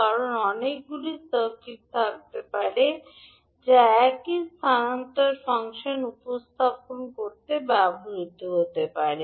কারণ অনেকগুলি সার্কিট থাকতে পারে যা একই স্থানান্তর ফাংশন উপস্থাপন করতে ব্যবহৃত হতে পারে